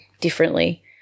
differently